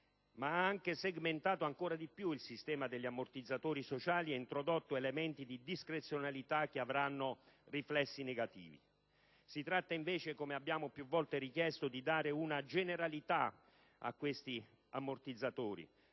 ma ha anche segmentato ancora di più il sistema degli ammortizzatori sociali ed introdotto elementi di discrezionalità che avranno riflessi negativi. Come abbiamo più volte richiesto, agli ammortizzatori